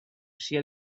sia